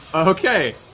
okay.